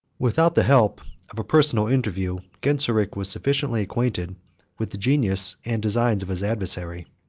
without the help of a personal interview, genseric was sufficiently acquainted with the genius and designs of his adversary.